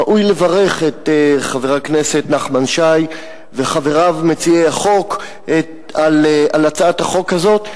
ראוי לברך את חבר הכנסת נחמן שי וחבריו מציעי החוק על הצעת החוק הזאת,